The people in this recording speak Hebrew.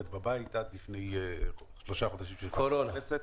עד לפני שלושה חודשים לא היה לי אינטרנט בבית.